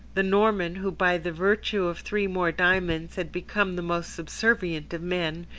the norman, who by the virtue of three more diamonds had become the most subservient of men,